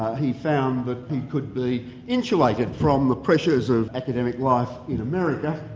he found that he could be insulated from the pressures of academic life in america,